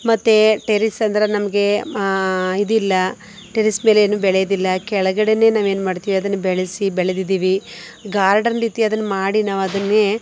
ಮತ್ತು ಟೆರೆಸ್ ಅಂದ್ರೆ ನಮಗೆ ಇದಿಲ್ಲ ಟೆರೆಸ್ ಮೇಲೆ ಏನು ಬೆಳೆಯೋದಿಲ್ಲ ಕೆಳಗಡೆಯೇ ನಾವೇನು ಮಾಡ್ತೀವಿ ಅದನ್ನ ಬೆಳೆಸಿ ಬೆಳೆದಿದ್ದೀವಿ ಗಾರ್ಡನ್ ರೀತಿ ಅದನ್ನ ಮಾಡಿ ನಾವು ಅದನ್ನೇ